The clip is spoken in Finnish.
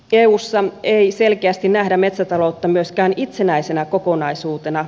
eussa ei selkeästi nähdä metsätaloutta myöskään itsenäisenä kokonaisuutena